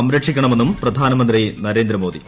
സംരക്ഷിക്കണമെന്നും പ്രധാനമന്ത്രി നരേന്ദ്രമോദി